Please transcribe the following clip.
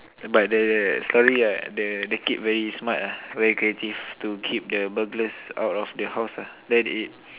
but the story right the the kid very smart ah very creative to keep the burglars out of the house ah then it